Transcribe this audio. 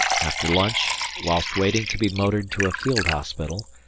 after lunch, whilst waiting to be motored to a field hospital,